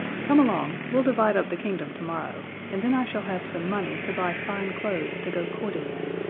come along we'll divide up the kingdom tomorrow, and then i shall have some money to buy fine clothes to go courting in.